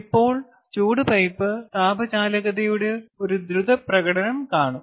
ഇപ്പോൾ ചൂട് പൈപ്പ് താപചാലകതയുടെ ഒരു ദ്രുത പ്രകടനം കാണും